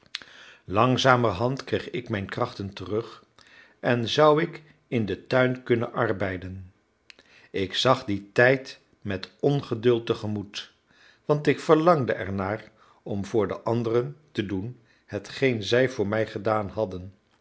langzamerhand kreeg ik mijn krachten terug en zou ik in den tuin kunnen arbeiden ik zag dien tijd met ongeduld tegemoet want ik verlangde er naar om voor de anderen te doen hetgeen zij voor mij gedaan hadden